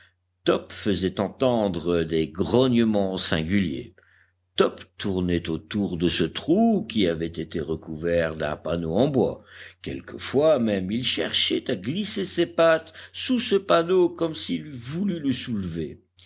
top faisait entendre des grognements singuliers top tournait autour de ce trou qui avait été recouvert d'un panneau en bois quelquefois même il cherchait à glisser ses pattes sous ce panneau comme s'il eût voulu le soulever